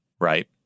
right